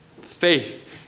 Faith